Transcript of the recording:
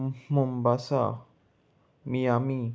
Mombasa Miami